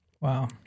Wow